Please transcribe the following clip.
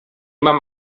mam